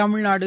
Tamil Nadu